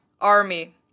Army